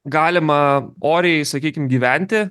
galima oriai sakykim gyventi